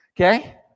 Okay